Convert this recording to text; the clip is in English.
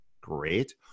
great